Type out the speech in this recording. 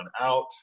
out